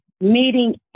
meeting